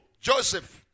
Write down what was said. Joseph